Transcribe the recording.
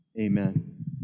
Amen